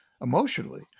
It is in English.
emotionally